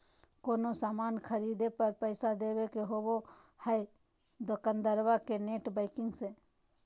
कोनो सामान खर्दे पर पैसा देबे के होबो हइ दोकंदारबा के नेट बैंकिंग से